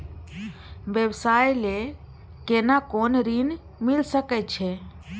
व्यवसाय ले केना कोन ऋन मिल सके छै?